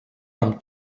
amb